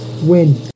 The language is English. Win